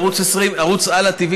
ערוץ הלא TV,